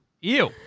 Ew